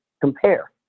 compare